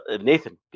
Nathan